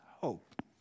hope